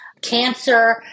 cancer